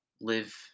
live